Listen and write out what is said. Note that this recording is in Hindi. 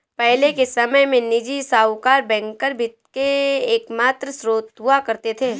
पहले के समय में निजी साहूकर बैंकर वित्त के एकमात्र स्त्रोत हुआ करते थे